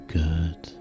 good